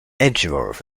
edgeworth